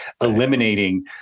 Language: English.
eliminating